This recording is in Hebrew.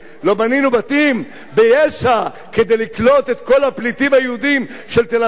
לא בנינו בתים ביש"ע כדי לקלוט את כל הפליטים היהודים של תל-אביב,